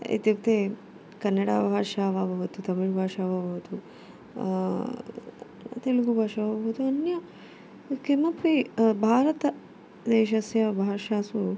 इत्युक्ते कन्नडभाषा वा भवतु तमिळ्भाषा वा भवतु तेलुगुभाषा वा भवतु अन्या किमपि भारतदेशस्य भाषासु